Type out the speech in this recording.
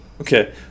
okay